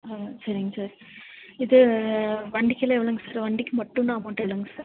ஆ சரிங்க சார் இது வண்டிக்கெலாம் எவ்வளோங்க சார் வண்டி மட்டுன்ன அமௌண்ட் எவ்வளோங்க சார்